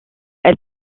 elle